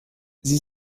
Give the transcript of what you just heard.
sie